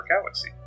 galaxy